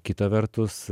kita vertus